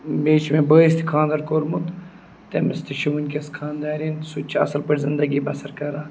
بیٚیہِ چھِ مےٚ بٲیِس تہِ خاندَر کوٚرمُت تٔمِس تہِ چھُ وٕنۍکٮ۪س خانٛداریٚنۍ سُہ تہِ چھُ اَصٕل پٲٹھۍ زندگی بَسَر کَران